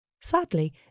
Sadly